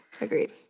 Agreed